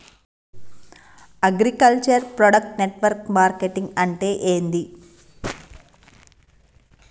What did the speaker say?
Agriculture product network marketing అంటే ఏంది?